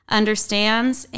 understands